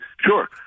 Sure